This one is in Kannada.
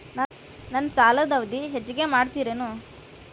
ನನ್ನ ಸಾಲದ ಅವಧಿ ಹೆಚ್ಚಿಗೆ ಮಾಡ್ತಿರೇನು?